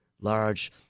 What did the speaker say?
large